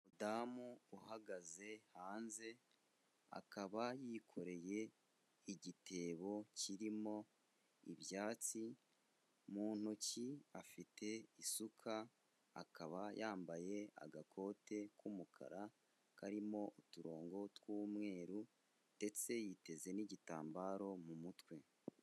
Umudamu uhagaze hanze akaba yikoreye igitebo kirimo ibyatsi, mu ntoki afite isuka akaba yambaye agakote k'umukara karimo uturongo tw'umweru ndetse yiteze n'igitambaro mu mutwe.